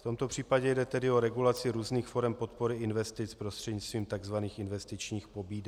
V tomto případě jde tedy o regulaci různých forem podpory investic prostřednictvím takzvaných investičních pobídek.